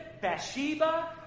Bathsheba